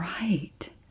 Right